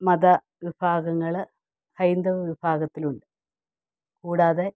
മത വിഭാഗങ്ങൾ ഹൈന്ദവ വിഭാഗത്തിലുണ്ട് കൂടാതെ